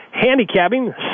handicapping